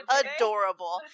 adorable